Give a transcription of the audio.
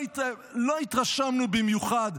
לא התרשמנו במיוחד.